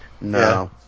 No